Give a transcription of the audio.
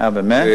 אה, באמת?